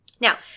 Now